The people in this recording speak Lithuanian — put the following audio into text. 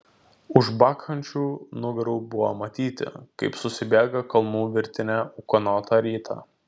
už bakchančių nugarų buvo matyti kaip susibėga kalnų virtinė ūkanotą rytą